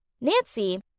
Nancy